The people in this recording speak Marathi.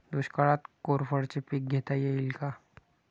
दुष्काळात कोरफडचे पीक घेता येईल का?